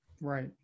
right